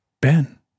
Ben